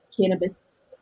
cannabis